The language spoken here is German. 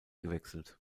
gewechselt